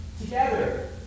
together